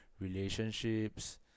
relationships